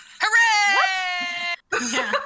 Hooray